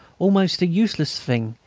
almost a useless thing,